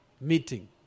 meeting